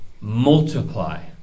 multiply